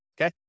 Okay